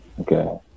Okay